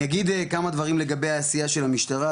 אני אגיד כמה דברים לגבי העשייה של המשטרה,